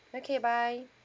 okay bye